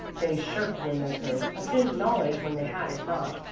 they shirked when they could, assumed knowledge when they had it not,